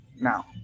now